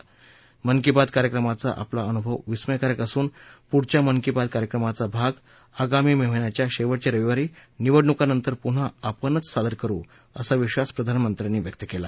मन की बात कार्यक्रमाचा आपला अनुभव विस्मयकारक असून पुढच्या मन की बात कार्यक्रमाचा भाग मे महिन्याच्या शेवटच्या रविवारी निवडणुकानंतर पुन्हा आपणच सादर करु असा विद्वास प्रधानमंत्र्यांनी व्यक्त केला